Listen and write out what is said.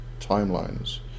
timelines